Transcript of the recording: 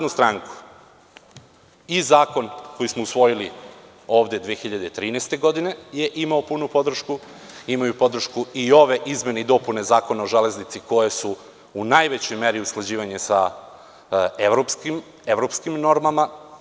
Za SNS i zakon koji smo usvojili ovde 2013. godine je imao punu podršku, imaju podršku i ove izmene i dopune Zakona o železnici koje su u najmanjoj meri usklađivanje sa evropskim normama.